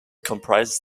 comprises